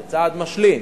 זה צעד משלים.